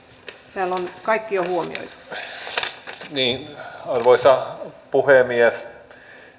täällä on kaikki jo huomioitu arvoisa puhemies